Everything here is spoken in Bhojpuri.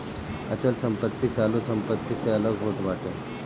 अचल संपत्ति चालू संपत्ति से अलग होत बाटे